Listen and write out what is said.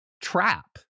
trap